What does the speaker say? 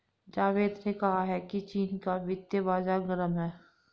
जावेद ने कहा कि चीन का वित्तीय बाजार गर्म है